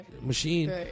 machine